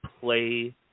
play